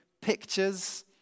pictures